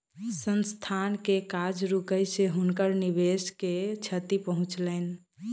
संस्थान के काज रुकै से हुनकर निवेश के क्षति पहुँचलैन